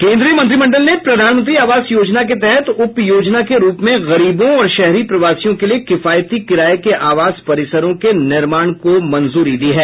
केन्द्रीय मंत्रिमंडल ने प्रधानमंत्री आवास योजना के तहत उप योजना के रूप में गरीबों और शहरी प्रवासियों के लिए किफायती किराये के आवास परिसरों के निर्माण को भी मंजूरी दी है